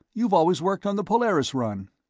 you've always worked on the polaris run.